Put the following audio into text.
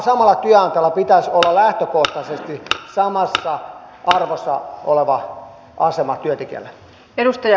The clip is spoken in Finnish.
samalla työnantajalla pitäisi olla lähtökohtaisesti samassa arvossa oleva asema työntekijöillä